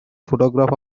photograph